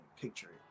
picture